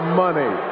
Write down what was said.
money